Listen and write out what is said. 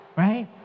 right